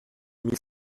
mille